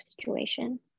situation